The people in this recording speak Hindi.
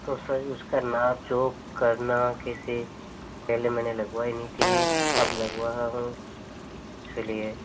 तो सर उसका नाप जोख करना किसी पहले मैंने लगवाई नै थी अब लगवा रहा हूँ इसलिए